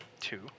two